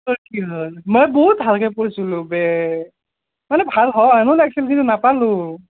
তোৰ কি হ'ল মই বহুত ভালকৈ পঢ়িছোলোঁ বে মানে ভাল হয় পাব লাগিছিল কিন্তু নাপালোঁ